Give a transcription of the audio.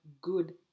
good